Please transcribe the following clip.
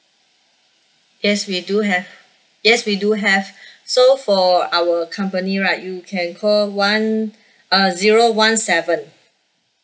yes we do have yes we do have so for our company right you can call one uh zero one seven